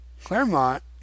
Claremont